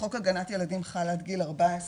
חוק הגנת ילדים חל עד גיל 14,